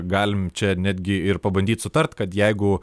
galim čia netgi ir pabandyt sutart kad jeigu